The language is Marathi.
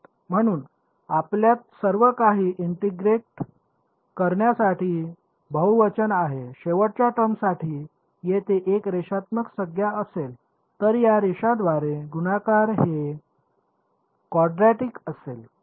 म्हणून आपल्यात सर्व काही इंटिग्रेट करण्यासाठी बहुवचन आहे शेवटच्या टर्मसाठी येथे एक रेषात्मक संज्ञा असेल तर या रेषांद्वारे गुणाकार हे क्वाड्रॅटिक असेल